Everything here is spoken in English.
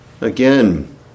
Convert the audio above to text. again